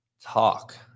talk